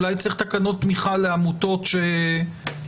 אולי צריך תקנות תמיכה לעמותות שתלווינה,